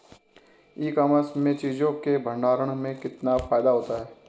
ई commerce में चीज़ों के भंडारण में कितना फायदा होता है?